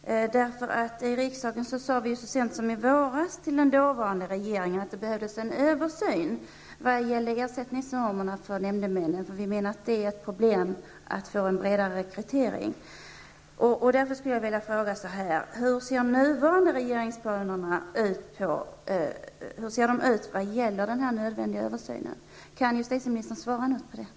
Så sent som i våras gjordes här i riksdagen ett tillkännagivande till den dåvarande regeringen att det behövdes en översyn i vad gäller ersättningsnormerna beträffande nämndemännen, eftersom det är ett problem att få en bredare rekrytering. Jag vill därför fråga: Hur ser de nuvarande regeringsplanerna ut i vad gäller denna nödvändiga översyn? Kan justitieministern svara på den frågan?